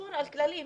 ולשמור על כללים.